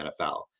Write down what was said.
NFL